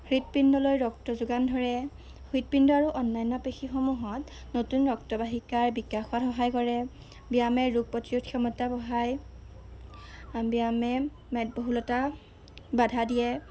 হৃদপিণ্ডলৈ ৰক্ত যোগান ধৰে হদপিণ্ড আৰু অন্যান্য পেশীসমূহত নতুন ৰক্তবাহিকাৰ বিকাশত সহায় কৰে ব্যায়ামে ৰোগ প্ৰতিৰোধ ক্ষমতা বঢ়ায় ব্যায়ামে মেদ বহুলতা বাধা দিয়ে